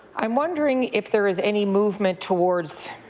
i'm wondering if there's any movement towards